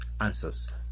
answers